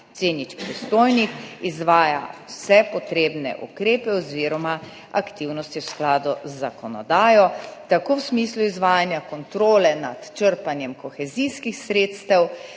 C0, pristojni izvajajo vse potrebne ukrepe oziroma aktivnosti v skladu z zakonodajo, tako v smislu izvajanja kontrole nad črpanjem kohezijskih sredstev